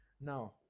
Now